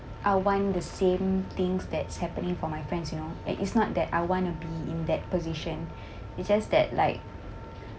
I want the same things that's happening for my friends you know and it's not that I want to be in that position it's just that like